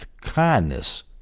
kindness